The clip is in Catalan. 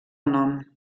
nom